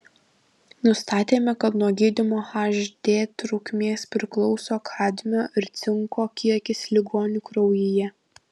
nustatėme kad nuo gydymo hd trukmės priklauso kadmio ir cinko kiekis ligonių kraujyje